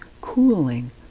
cooling